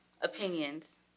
opinions